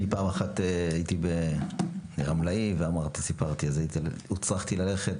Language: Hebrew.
אני פעם אחת הייתי רמלאי, והוצרכתי ללכת